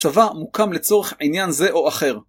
צבא מוקם לצורך עניין זה או אחר.